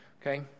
okay